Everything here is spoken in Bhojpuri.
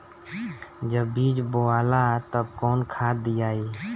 जब बीज बोवाला तब कौन खाद दियाई?